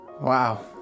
wow